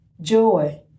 joy